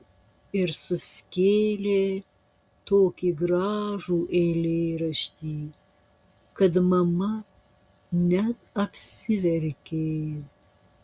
ir suskėlė tokį gražų eilėraštį kad mama net apsiverkė